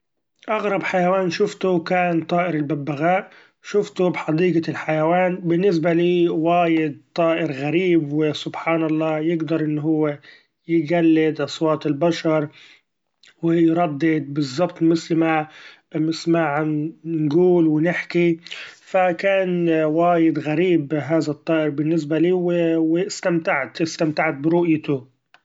أغرب حيوان شفتو كان طائر الببغاء شفتو بحديقة الحيوان ، بالنسبة لي وايد طائر غريب ، و سبحان الله يقدر إنو هوي يقلد أصوات البشر و يردد بالزبط مثل ما نقول ونحكي ، ف كان وايد غريب هذا الطائر بالنسبة لي و استمتعت استمعت برؤيتو.